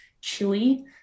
chili